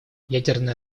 ядерное